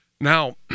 Now